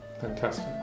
Fantastic